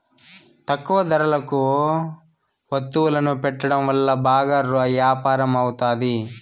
తక్కువ ధరలకు వత్తువులను పెట్టడం వల్ల బాగా యాపారం అవుతాది